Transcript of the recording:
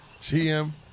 GM